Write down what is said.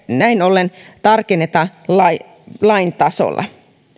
näin ollen tarkenneta lain lain tasolla